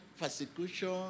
persecution